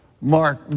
mark